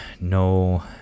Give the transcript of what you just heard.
No